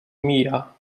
mija